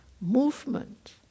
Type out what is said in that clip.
movement